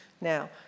Now